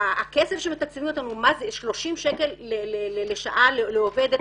הכסף שמתקצבים אותנו זה 30 שקל לשעה לעובד,